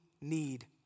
need